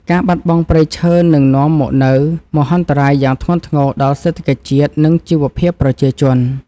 ការបាត់បង់ព្រៃឈើនឹងនាំមកនូវមហន្តរាយយ៉ាងធ្ងន់ធ្ងរដល់សេដ្ឋកិច្ចជាតិ និងជីវភាពប្រជាជន។